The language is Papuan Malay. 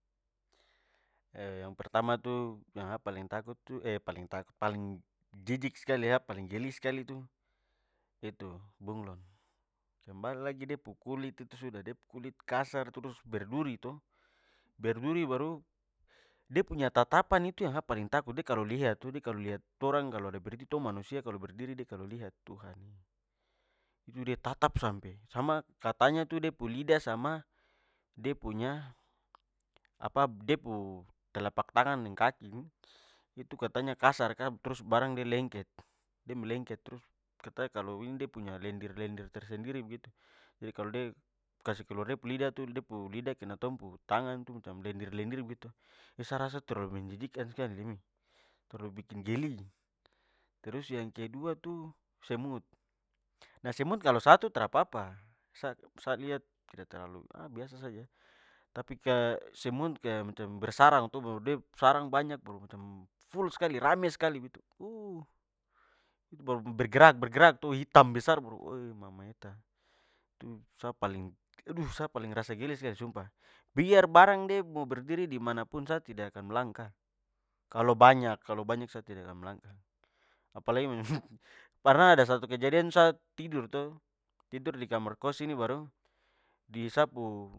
yang pertama tu, yang sa paling takut tu paling takut- paling jijik skali sa paling geli skali tu, itu bunglon. Kembar lagi de pu kulit itu sudah, de pu kulit kasar trus berduri to? Berduri baru, de punya tatapan itu yang sa paling takut. De kalo lihat tu de kalo lihat- torang kalo ada berdiri, tong manusia kalo berdiri de kalo lihat, tuhan! Itu de tatap sampe. Sama katanya tu, de pu lidah sama de punya apa de pu telapak tangan deng kaki, itu katanya kasar kah? Trus, barang de lengket. De melengket trus katanya kalo ini de punya lendir-lendir tersendiri begitu. Jadi kalo de kasih keluar de pu lidah tu, de pu lidah- kena tong pu tangan tu, macam lendir-lendir begitu, itu sa rasa terlalu menjijikkan skali demi! Terlalu bikin geli! Terus yang kedua tu, semut. Nah semut kalo satu, trapapa! Sa sa- lihat tidak terlalu biasa saja! Tapi kaya semut kaya macam bersarang to, baru de sarang banyak baru macam full skali rame skali begitu itu baru bergerak-bergerak to hitam besar baru mamaeta! Itu sa paling aduh sa paling- rasa geli skali sumpah! Biar barang de mo berdiri dimana pun sa tidak akan melangkah! Kalo banyak kalo banyak- sa tidak akan melangkah! Apalagi macam pernah ada satu kejadian. Sa tidur to, tidur di kamar kost sini baru di sa pu